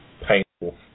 painful